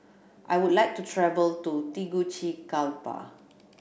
I would like to travel to Tegucigalpa